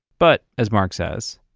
but as mark says,